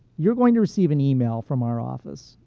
you are going to receive an email from our office.